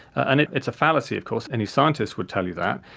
and it's a fallacy of course, any scientist would tell you that,